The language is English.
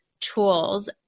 tools